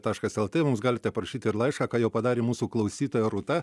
taškas lt mums galite parašyti ir laišką ką jau padarė mūsų klausytoja rūta